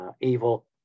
evil